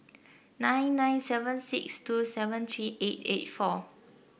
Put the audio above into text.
nine nine seven six two seven three eight eight four